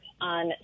on